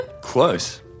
Close